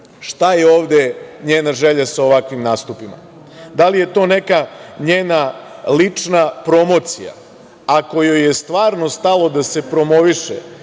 šta je ovde njena želja sa ovakvim nastupima. Da li je to neka njena lična promocija, ako joj je stvarno stalo da se promoviše